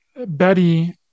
Betty